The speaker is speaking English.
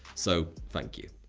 so thank you.